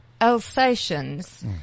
Alsatians